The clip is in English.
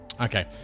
Okay